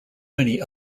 many